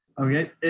Okay